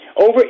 Over